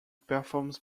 performs